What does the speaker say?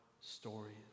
stories